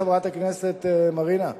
חברת הכנסת מרינה?